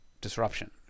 disruption